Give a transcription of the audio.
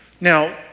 Now